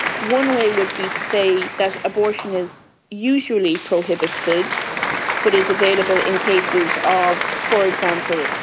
one way would be to say that abortion is usually prohibited but is available in cases of, for example,